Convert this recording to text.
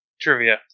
trivia